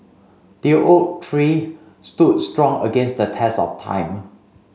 the oak tree stood strong against the test of time